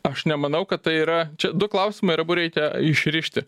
aš nemanau kad tai yra čia du klausimai ir abu reikia išrišti